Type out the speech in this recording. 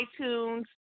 iTunes